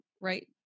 right